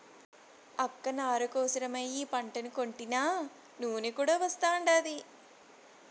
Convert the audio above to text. అక్క నార కోసరమై ఈ పంటను కొంటినా నూనె కూడా వస్తాండాది